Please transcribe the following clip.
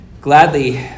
gladly